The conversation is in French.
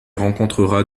rencontrera